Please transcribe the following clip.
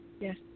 Yes